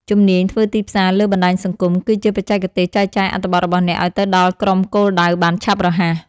ជំនាញធ្វើទីផ្សារលើបណ្ដាញសង្គម គឺជាបច្ចេកទេសចែកចាយអត្ថបទរបស់អ្នកឱ្យទៅដល់ក្រុមគោលដៅបានឆាប់រហ័ស។